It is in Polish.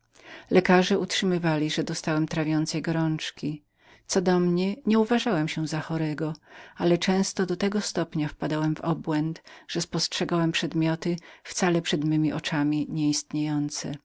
lekarzćlekarze utrzymywali że dostałem trawiącej gorączki co do mnie nie uważałem się za chorego ale często do tego stopnia wpadałem w obłęd że spostrzegałem przedmioty wcale przed memi oczyma nie istniejące